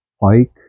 pike